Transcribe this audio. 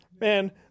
Man